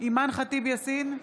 אימאן ח'טיב יאסין,